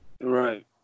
Right